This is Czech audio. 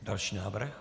Další návrh?